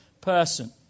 person